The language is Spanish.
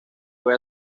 fue